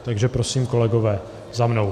Takže prosím, kolegové, za mnou.